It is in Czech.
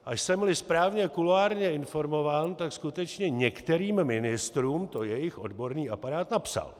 A jsemli správně kuloárně informován, tak skutečně některým ministrům to jejich odborný aparát napsal.